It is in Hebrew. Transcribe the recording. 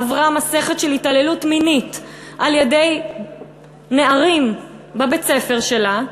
עברה מסכת של התעללות מינית על-ידי נערים בבית-הספר שלה,